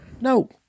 No